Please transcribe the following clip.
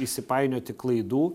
įsipainioti klaidų